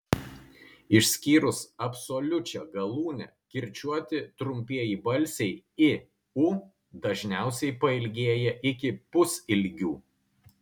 išskyrus absoliučią galūnę kirčiuoti trumpieji balsiai i u dažniausiai pailgėja iki pusilgių